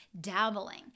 dabbling